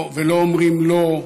ולא אומרים לא,